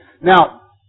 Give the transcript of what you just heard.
Now